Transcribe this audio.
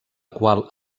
qual